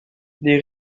les